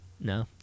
No